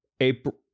april